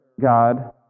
God